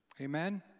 amen